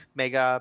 mega